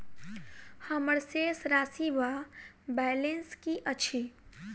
हम्मर शेष राशि वा बैलेंस की अछि?